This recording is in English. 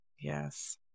yes